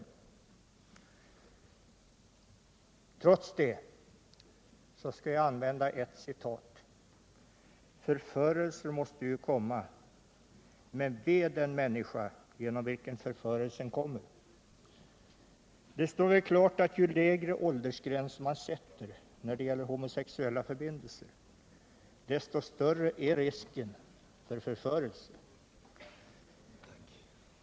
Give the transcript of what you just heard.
Jag skall trots denna uppmaning ändå anföra ett citat ur Bibeln: ”Förförelser måste ju komma; men ve den människa genom vilken förförelsen kommer!” Det står väl klart att ju lägre åldersgränser man sätter när det gäller homosexuella förbindelser, desto större är risken för förförelse.